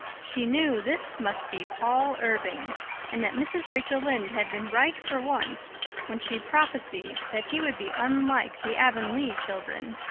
she knew this must be paul irving and that mrs. rachel lynde had been right for once when she prophesied that he would be unlike the avonlea children.